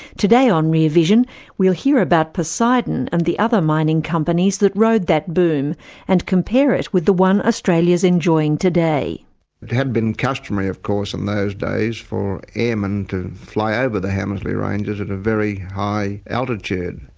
today on rear vision we'll hear about poseidon and the other mining companies that rode that boom and compare it with the one australia's enjoying today. it had been customary of course in those days for airmen to fly over the hammersley ranges at a very high altitude,